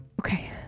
Okay